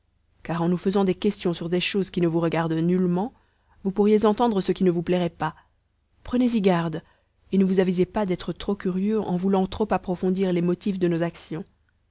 car en nous faisant des questions sur des choses qui ne vous regardent nullement vous pourriez entendre ce qui ne vous plairait pas prenez-y garde et ne vous avisez pas d'être trop curieux en voulant trop approfondir les motifs de nos actions